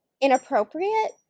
inappropriate